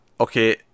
Okay